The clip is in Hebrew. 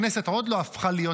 הכנסת עוד לא הפכה להיות,